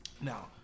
Now